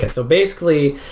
ah so basically,